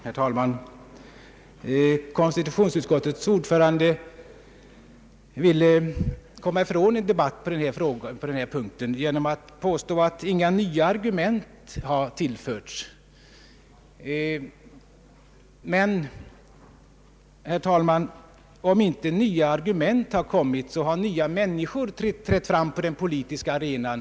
Herr talman! Konstitutionsutskottets ordförande ville komma ifrån en debatt på den här punkten genom att påstå att inga nya argument har anförts. Men, herr talman, om inte nya argument tillkommit, har i alla fall nya människor trätt fram på den politiska arenan.